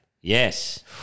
Yes